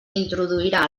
introduirà